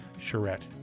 Charette